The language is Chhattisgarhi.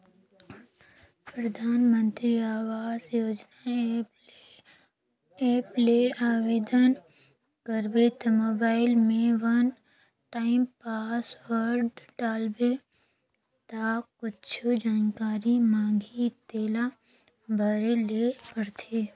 परधानमंतरी आवास योजना ऐप ले आबेदन करबे त मोबईल में वन टाइम पासवर्ड डालबे ता कुछु जानकारी मांगही तेला भरे ले परथे